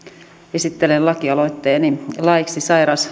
esittelen lakialoitteeni laiksi